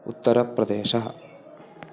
उत्तरप्रदेशः